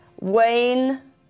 Wayne